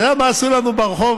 אתה יודע מה עשו לנו ברחוב?